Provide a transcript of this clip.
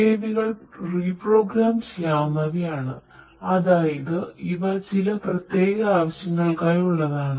UAV കൾ reprogram ചെയ്യാവുന്നവയാണ് അതായത് ഇവ ചില പ്രത്യേക ആവശ്യങ്ങൾക്കായുള്ളതാണ്